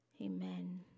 Amen